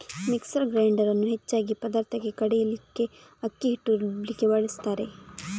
mixer grinder ಅನ್ನು ಹೆಚ್ಚಾಗಿ ಪದಾರ್ಥಕ್ಕೆ ಕಡೀಲಿಕ್ಕೆ, ಅಕ್ಕಿ ಹಿಟ್ಟು ರುಬ್ಲಿಕ್ಕೆ ಬಳಸ್ತಾರೆ